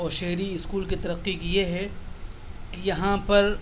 اور شہری اسکول کے ترقی کی یہ ہے کہ یہاں پر